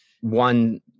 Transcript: one